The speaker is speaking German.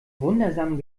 wundersamen